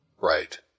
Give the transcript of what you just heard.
Right